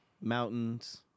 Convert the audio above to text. mountains